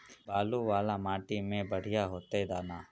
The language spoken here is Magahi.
बालू वाला माटी में बढ़िया होते दाना?